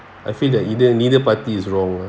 I feel that either neither party is wrong lah